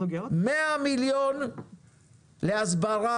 100 מיליון להסברה,